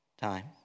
time